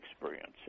experience